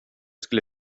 skulle